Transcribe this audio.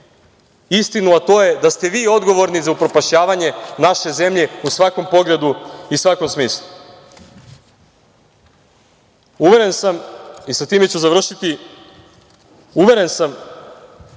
istinu, a to je da ste vi odgovorni za upropašćavanje naše zemlje u svakom pogledu i svakom smislu. Uveren sam, time ću završiti, uveren sam